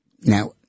Now